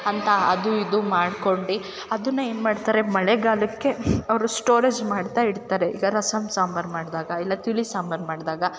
ಅಂತ ಅದು ಇದು ಮಾಡ್ಕೊಂಡು ಅದನ್ನ ಏನುಮಾಡ್ತಾರೆ ಮಳೆಗಾಲಕ್ಕೆ ಅವರು ಸ್ಟೋರೆಜ್ ಮಾಡ್ತಾಯಿಡ್ತಾರೆ ಈಗ ರಸಮ್ ಸಾಂಬಾರ್ ಮಾಡ್ದಾಗ ಇಲ್ಲ ತಿಳಿ ಸಾಂಬಾರ್ ಮಾಡ್ದಾಗ